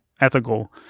ethical